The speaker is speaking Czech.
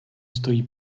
stojí